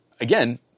Again